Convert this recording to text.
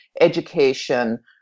education